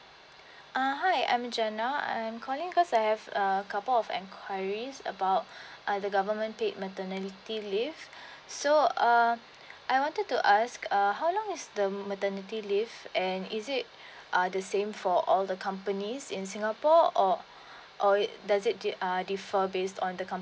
uh hi I am jenna I am calling cause I have a couple of enquiries about uh the government paid maternity leave so uh I wanted to ask uh how long is the maternity leave and is it uh the same for all the companies in singapore or or does it uh differ based on the